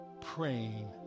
praying